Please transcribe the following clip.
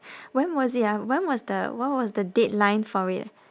when was it ah when was the what was the deadline for it